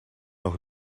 nog